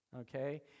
okay